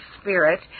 spirit